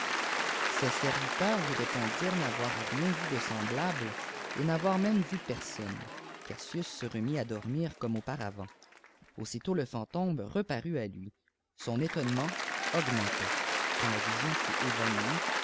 ses serviteurs lui répondirent n'avoir rien vu de semblable et n'avoir même vu personne caius se remit à dormir comme auparavant aussitôt le fantôme reparut à iui son étonnement augmenta quand la vision fu évanouie